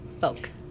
folk